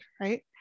right